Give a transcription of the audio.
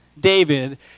David